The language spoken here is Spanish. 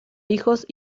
hijos